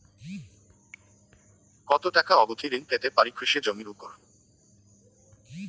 কত টাকা অবধি ঋণ পেতে পারি কৃষি জমির উপর?